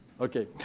Okay